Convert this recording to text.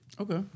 Okay